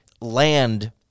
land